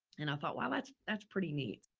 and i thought wow, that's, that's pretty neat.